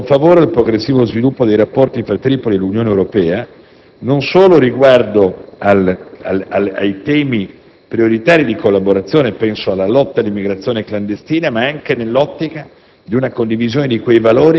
L'Italia guarda, inoltre, con favore al progressivo sviluppo dei rapporti fra Tripoli e l'Unione Europea non solo riguardo ai temi prioritari di collaborazione (penso alla lotta all'immigrazione clandestina), ma anche nell'ottica